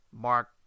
Mark